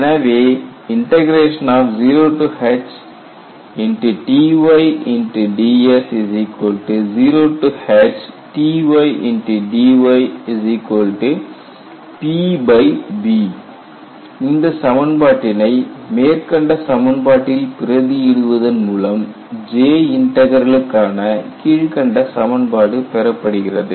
எனவே இந்த சமன்பாட்டினை மேற்கண்ட சமன்பாட்டில் பிரதி இடுவதன் மூலம் J இன்டக்ரலுக்கான கீழ்க்கண்ட சமன்பாடு பெறப்படுகிறது